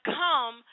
come